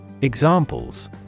Examples